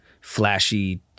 flashy